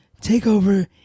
TakeOver